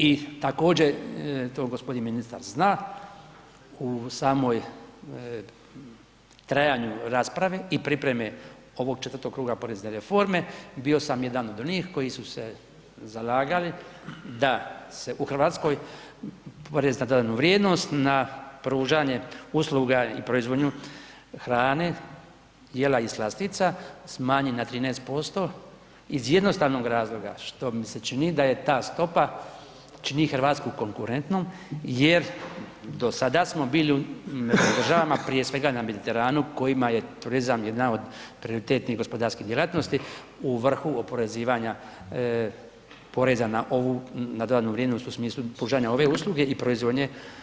I također to gospodin ministar zna u samoj trajanju rasprave i pripreme ovog četvrtog kruga porezne reforme bio sam jedan od onih koji su se zalagali da se u Hrvatskoj porez na dodanu vrijednost na pružanje usluga i proizvodnju hrane jela i slastica smanji na 13% iz jednostavnog razloga što mi se čini da je ta stopa čini Hrvatsku konkurentnom jer do sada smo bili među državama prije svega na Mediteranu kojima je turizma jedna od prioritetnih gospodarskih djelatnosti u vrhu oporezivanja poreza na ovu, na dodatnu vrijednost u smislu pružanja ove usluge i proizvodnje.